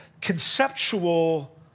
conceptual